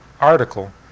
article